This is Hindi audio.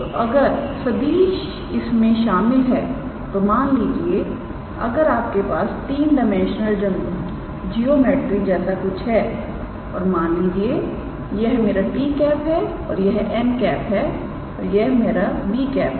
तो अगर सदिश इसमें शामिल है तो मान लीजिए अगर आपके पास तीन डाइमेंशनल ज्योमेट्री जैसा कुछ है और मान लीजिए यह मेरा 𝑡̂ है यह 𝑛̂ है और यह मेरा 𝑏̂ है